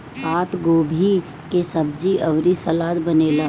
पातगोभी के सब्जी अउरी सलाद बनेला